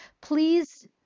Please